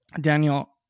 Daniel